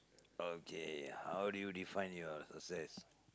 okay how do you define your success